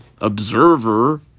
observer